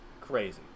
crazy